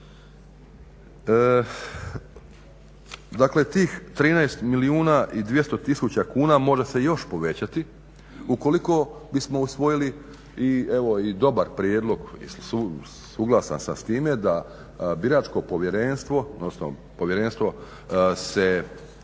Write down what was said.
Dakle tih 13 milijuna i 200 000 kuna može se još povećati ukoliko bismo usvojili i evo i dobar prijedlog. Mislim suglasan sam s time da biračko povjerenstvo, odnosno povjerenstvo se promijeni